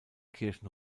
kirchen